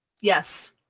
Yes